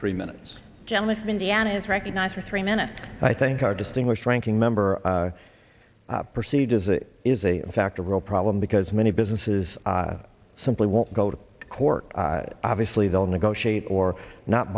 three minutes jealous of indiana is recognized for three minutes i thank our distinguished ranking member perceived as it is a fact a real problem because many businesses simply won't go to court obviously they'll negotiate or not